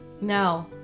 No